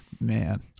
Man